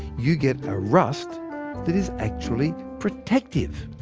you get a rust that is actually protective.